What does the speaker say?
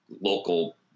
local